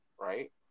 right